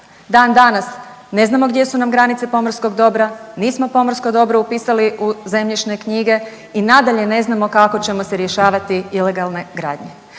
dan danas ne znamo gdje su nam granice pomorskog dobra, nismo pomorsko dobro upisali u zemljišne knjige i nadalje ne znamo kako ćemo se rješavati ilegalne gradnje.